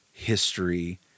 history